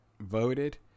voted